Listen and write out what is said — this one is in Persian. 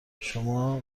شما